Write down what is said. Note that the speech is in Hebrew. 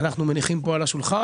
שאנחנו מניחים פה על השולחן.